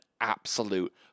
absolute